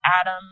Adam